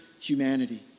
humanity